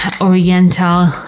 oriental